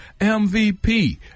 MVP